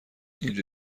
اینجا